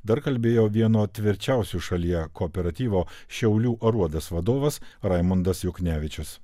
dar kalbėjo vieno tvirčiausių šalyje kooperatyvo šiaulių aruodas vadovas raimundas juknevičius